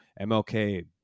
MLK